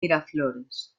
miraflores